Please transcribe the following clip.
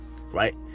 right